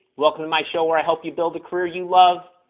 welcome to my show where i help you build a career you love!